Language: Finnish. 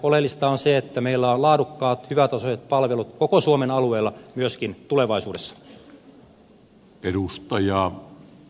oleellista on se että meillä on laadukkaat hyvätasoiset palvelut koko suomen alueella myöskin tulevaisuudessa